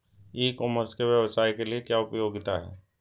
ई commerce के व्यवसाय के लिए क्या उपयोगिता है?